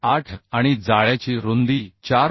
8 आणि जाळ्याची रुंदी 4